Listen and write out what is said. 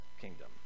kingdom